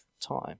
time